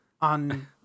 on